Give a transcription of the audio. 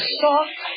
soft